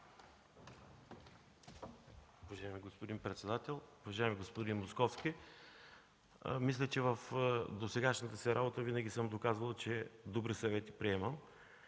Уважаеми господин председател! Уважаеми господин Московски, мисля, че в досегашната си работа винаги съм доказвал, че приемам